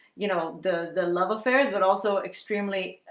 you know, the the love affairs but also extremely